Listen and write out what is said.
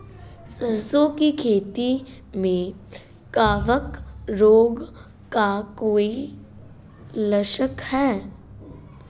सरसों की खेती में कवक रोग का कोई लक्षण है?